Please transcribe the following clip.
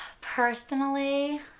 Personally